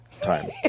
time